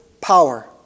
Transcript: power